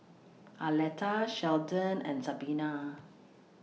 Arletta Sheldon and Sabina